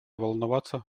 волноваться